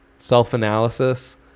self-analysis